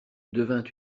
devint